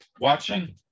watching